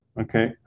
Okay